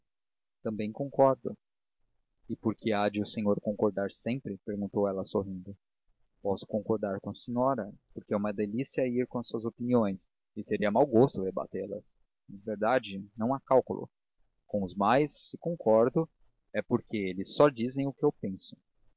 também concordo e por que há de o senhor concordar sempre perguntou ela sorrindo posso concordar com a senhora porque é uma delícia ir com as suas opiniões e seria mau gosto rebatê las mas em verdade não há cálculo com os mais se concordo é porque eles só dizem o que eu penso